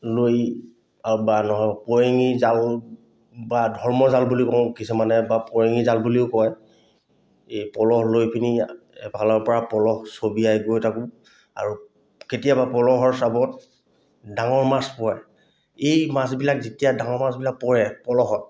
লৈ বা নহ'য় পৰেঙি জাল বা ধৰ্ম জাল বুলি কওঁ কিছুমানে বা পৰিঙী জাল বুলিও কয় এই পলহ লৈ পিনি এফালৰ পৰা পলহ ছবিয়াই গৈ থাকোঁ আৰু কেতিয়াবা পলহৰ চাবত ডাঙৰ মাছ পৰে এই মাছবিলাক যেতিয়া ডাঙৰ মাছবিলাক পৰে পলহত